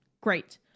Great